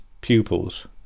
pupils